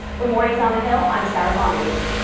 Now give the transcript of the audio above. for mornings on the hill, i'm sara bonadies.